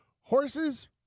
Horses